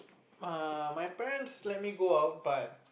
err my parents let me go out but